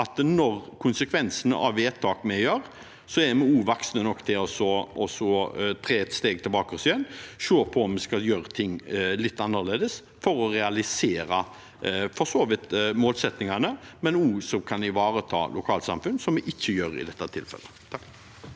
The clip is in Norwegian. vi ser konsekvensene av vedtak vi gjør, er vi også voksne nok til å ta et steg tilbake og se på om vi skal gjøre ting litt annerledes for å realisere for så vidt målsettingene, men også slik at vi kan ivareta lokalsamfunnene – som vi ikke gjør dette tilfellet.